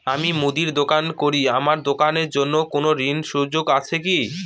আমি মুদির দোকান করি আমার দোকানের জন্য কোন ঋণের সুযোগ আছে কি?